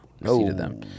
No